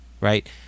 right